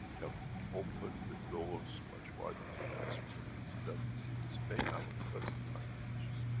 can open the doors much wider to universal community that we see this mayhem of present time finishes.